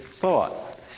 thought